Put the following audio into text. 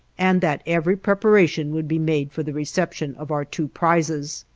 and that every preparation would be made for the reception of our two prizes.